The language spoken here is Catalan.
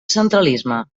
centralisme